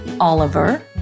Oliver